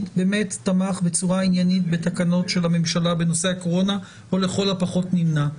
תמך בצורה עניינית בתקנות של הממשלה בנושא הקורונה או לכל הפחות נמנע.